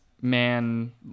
man